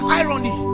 irony